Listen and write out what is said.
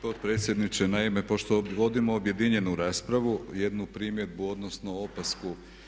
Potpredsjedniče, naime pošto vodimo objedinjenu raspravu jednu primjedbu odnosno opasku.